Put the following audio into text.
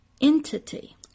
entity